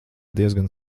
diezgan